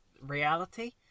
reality